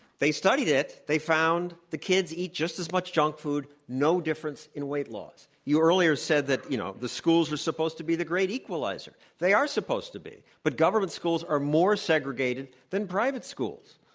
they studied it. they found the kids eat just as much junk food, no difference in weight loss. you earlier said that, you know, the schools are supposed to be the great equalizer. they are supposed to be, but government schools are more segregated than private schools.